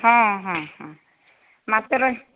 ହଁ ହଁ ହଁ ମାତ୍ର